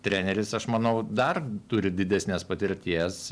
treneris aš manau dar turi didesnės patirties